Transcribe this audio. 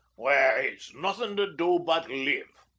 where he's nothing to do but live.